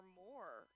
more